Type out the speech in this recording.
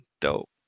Dope